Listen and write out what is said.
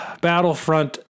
Battlefront